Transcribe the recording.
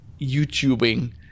YouTubing